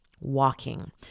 walking